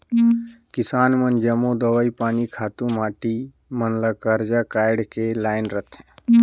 किसान मन जम्मो दवई पानी, खातू माटी मन ल करजा काएढ़ के लाएन रहथें